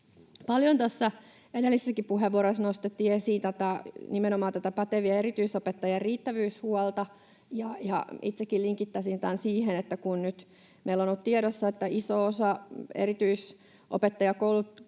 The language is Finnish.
näissä edellisissäkin puheenvuoroissa nostettiin esiin nimenomaan huolta pätevien erityisopettajien riittävyydestä, ja itsekin linkittäisin tämän siihen, että kun meillä nyt on ollut tiedossa, että iso osa erityisopettajakoulutuksesta